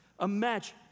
Imagine